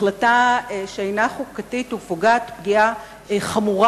החלטה שאינה חוקתית ופוגעת פגיעה חמורה